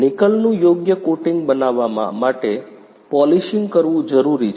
નિકલનું યોગ્ય કોટિંગ બનાવવા માટે પોલિશિંગ કરવું જરૂરી છે